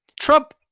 Trump